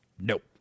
Nope